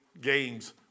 games